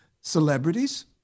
celebrities